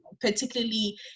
particularly